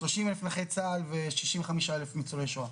ו-65 אלף ניצולי שואה.